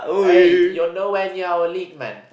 aye you are no where near our league man